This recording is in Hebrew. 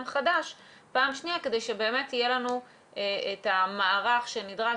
חדש כדי שבאמת יהיה לנו את המערך שנדרש?